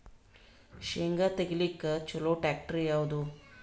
ಶೇಂಗಾ ತೆಗಿಲಿಕ್ಕ ಚಲೋ ಟ್ಯಾಕ್ಟರಿ ಯಾವಾದು?